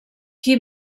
qui